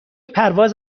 پرواز